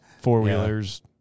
four-wheelers